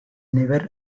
never